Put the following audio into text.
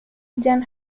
jean